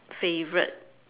favourite